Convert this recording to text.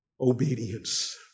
obedience